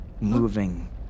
moving